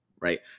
right